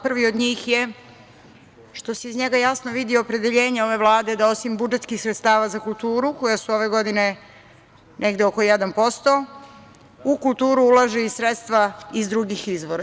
Prvi od njih je što se iz njega jasno vidi opredeljenje ove Vlade da osim budžetskih sredstava za kulturu, koja su ove godine negde oko 1%, u kulturu ulažu i sredstva iz drugih izvora.